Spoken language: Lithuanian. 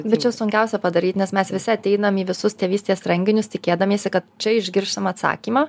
bet čia sunkiausia padaryt nes mes visi ateinam į visus tėvystės renginius tikėdamiesi kad čia išgirsim atsakymą